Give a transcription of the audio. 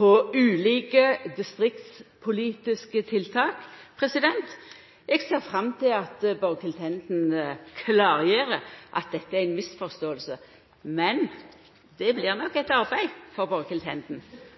og ulike distriktspolitiske tiltak er andre eksempel. Eg ser fram til at Borghild Tenden klargjer at dette er ei misforståing, men det blir nok eit arbeid å gjera for